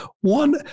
One